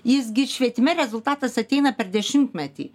jis gi švietime rezultatas ateina per dešimtmetį